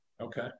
Okay